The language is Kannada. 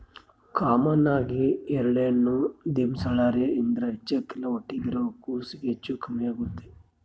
ಕಾಮನ್ ಆಗಿ ಹರಳೆಣ್ಣೆನ ದಿಮೆಂಳ್ಸೇರ್ ಇದ್ರ ಹಚ್ಚಕ್ಕಲ್ಲ ಹೊಟ್ಯಾಗಿರೋ ಕೂಸ್ಗೆ ಹೆಚ್ಚು ಕಮ್ಮೆಗ್ತತೆ